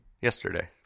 yesterday